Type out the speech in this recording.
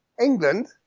england